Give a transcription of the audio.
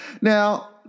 Now